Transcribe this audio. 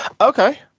Okay